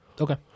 okay